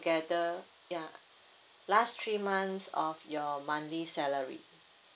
~gether ya last three months of your monthly salary